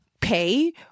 pay